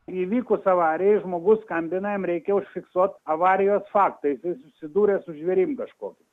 įvykus avarijai žmogus skambina jam reikia užfiksuot avarijos faktą jisai susidūrė su žvėrim kažkokiu